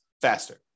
faster